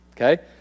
Okay